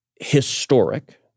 historic